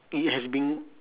it has been